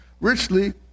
richly